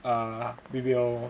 err we will